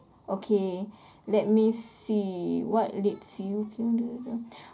okay let me see what makes you